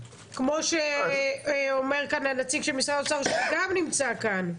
כמו שאומר כאן נציג משרד האוצר שגם נמצא כאן.